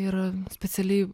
ir specialiai